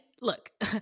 look